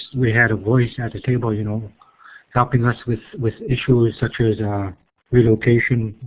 we had a voice at the table you know helping us with with issues such as relocation